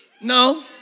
No